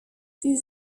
sie